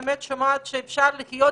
אחד.